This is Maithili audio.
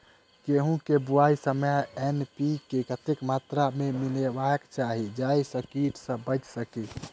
गेंहूँ केँ बुआई समय एन.पी.के कतेक मात्रा मे मिलायबाक चाहि जाहि सँ कीट सँ बचि सकी?